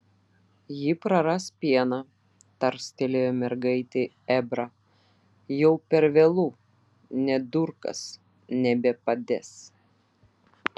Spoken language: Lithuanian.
ji praras pieną tarstelėjo mergaitei ebrą jau per vėlu nė durkas nebepadės